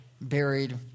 buried